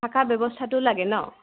থকা ব্যৱস্থাটো লাগে নহ্